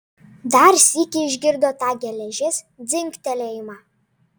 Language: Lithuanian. dar sykį išgirdo tą geležies dzingtelėjimą